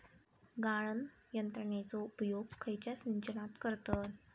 गाळण यंत्रनेचो उपयोग खयच्या सिंचनात करतत?